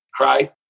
right